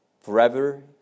Forever